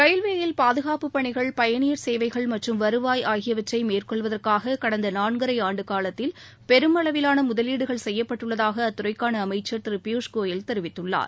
ரயில்வேயில் பாதகாப்பு பணிகள் பயணியர் சேவைகள் மற்றும் வருவாய் ஆகியவற்றை மேற்கொள்வதற்காக கடந்தா நான்கரை ஆண்டு காலத்தில் பெருமளவிலான முதலீகள் செய்யப்பட்டுள்ளதாக அத்துறைக்கான அமைச்சர் திரு பியுஸ்கோயல் தெரிவித்துள்ளார்